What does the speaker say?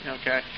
okay